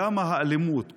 למה האלימות?